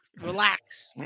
relax